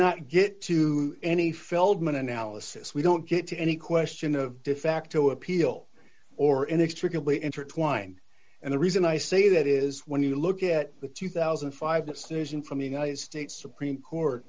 not get to any feldman analysis we don't get to any question of defacto appeal or inextricably intertwined and the reason i say that is when you look at the two thousand and five decision from the united states supreme court